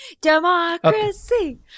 Democracy